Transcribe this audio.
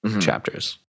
chapters